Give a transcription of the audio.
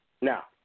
Now